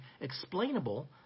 explainable